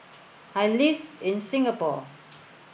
I live in Singapore